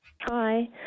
Hi